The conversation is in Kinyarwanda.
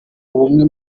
ubumwe